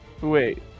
Wait